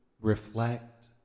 Reflect